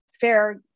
fair